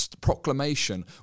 proclamation